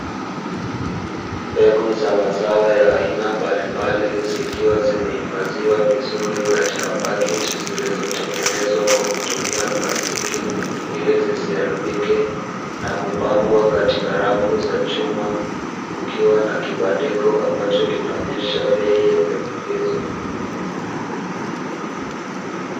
Mbegu za mazao ya aina mbalimbali zikiwa zimehifadhiwa vizuri katika pakiti zilizotengenezwa kwa kutumia plastiki ili zisiharibike, na kupangwa katika rafu za chuma, kukiwa na kibandiko ambacho kinaonyesha bei ya mbegu hizo.